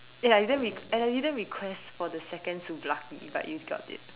ya you didn't request for the second Souvlaki but you've got it